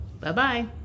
Bye-bye